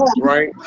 right